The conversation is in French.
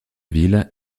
ville